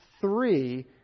three